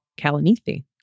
Kalanithi